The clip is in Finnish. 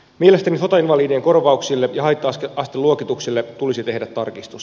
mielestäni sotainvalidien korvauksille ja haitta asteluokituksille tulisi tehdä tarkistus